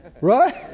Right